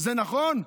זה נכון?